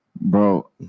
bro